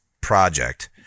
project